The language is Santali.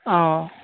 ᱚᱻ